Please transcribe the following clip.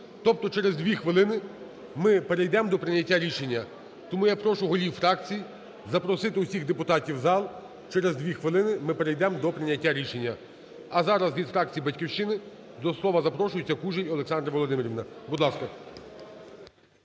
Тобто через 2 хвилини ми перейдемо до прийняття рішення. Тому я прошу голів фракцій запросити всіх депутатів в зал, через дві хвилини ми перейдемо до прийняття рішення. А зараз від фракції "Батьківщина" до слова запрошується Кужель Олександра Володимирівна. Будь ласка.